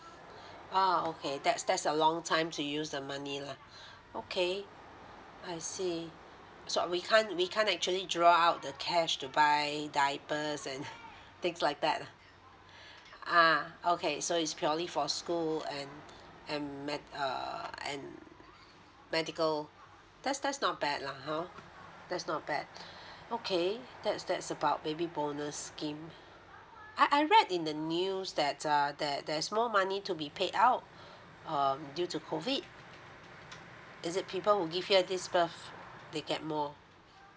oh okay that's that's a long time to use the money lah okay I see so we can't we can't actually draw out the cash to buy diapers and things like that uh okay so is purely for school and and med~ uh and medical that's that's not bad lah ha that's not bad okay that's that's about baby bonus scheme I I read in the news that err that there's more money to be paid out um due to COVID it is people who this year give birth they get more